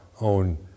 own